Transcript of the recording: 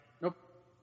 Nope